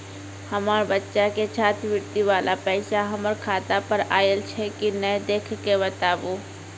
हमार बच्चा के छात्रवृत्ति वाला पैसा हमर खाता पर आयल छै कि नैय देख के बताबू?